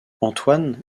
antoine